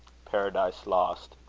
paradise lost,